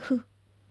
ha